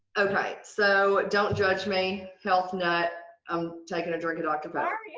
okay! so don't judge me health nut. i'm taking a drink i talk about.